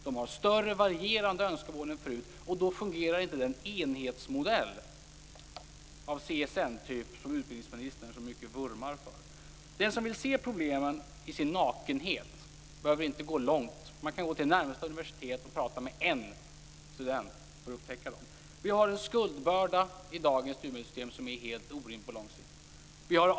De har större och mer varierande önskemål än förut. Då fungerar inte den enhetsmodell av CSN-typ som utbildningsministern vurmar för så mycket. Den som vill se problemen i sin nakenhet behöver inte gå långt. Man kan gå till närmsta universitet och prata med en student för att upptäcka dem. Skuldbördan i dagens utbildningssystem är helt orimlig på lång sikt.